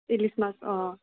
ইলিচ মাছ অঁ